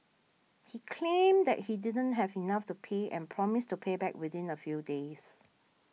he claimed that he didn't have enough to pay and promised to pay back within a few days